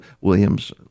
Williams